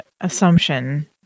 assumption